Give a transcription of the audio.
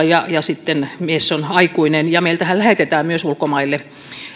ja sitten mies on aikuinen ja meiltähän myös lähetetään tyttöjä ulkomaille